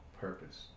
purpose